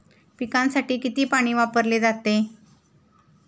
पिकांसाठी किती पाणी वापरले जाते?